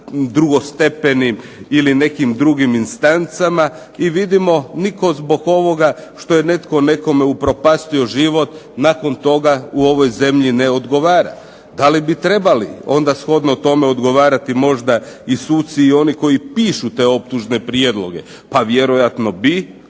drugo stepenim ili nekim drugim instancama i vidimo nitko zbog ovoga što je netko nekome upropastio život, nakon toga u ovoj zemlji ne odgovara. Da li bi trebali onda shodno tome odgovarati možda i suci i oni koji pišu te optužne prijedloge? Pa vjerojatno bi,